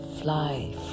fly